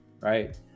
right